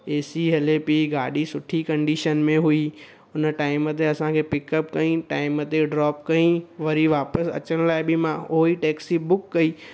ए C हली पई गाॾी सुठी कंडीशन में हुई हुन टाइम ते असांखे पिकअप कयईं टाइम ते ड्रॉप कयईं वरी वापसि अचण लाइ बि मां उहो ई टैक्सी बुक कई